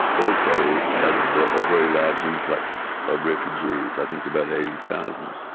also had a very large influx of refugees, i think about eighty thousand.